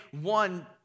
one